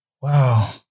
Wow